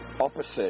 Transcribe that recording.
opposite